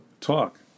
talk